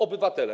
Obywatele.